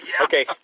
Okay